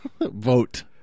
Vote